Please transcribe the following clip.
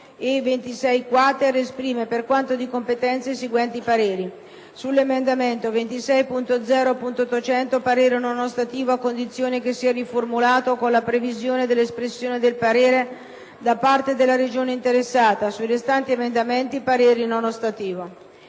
esprime, per quanto di competenza, i seguenti pareri: - sull'emendamento 26.0.800, parere non ostativo, a condizione che sia riformulato con la previsione dell'espressione del parere da parte della Regione interessata; - sui restanti emendamenti, parere non ostativo».